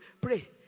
pray